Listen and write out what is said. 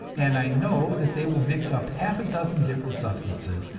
and i know that they will mix up half a dozen different substances,